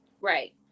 right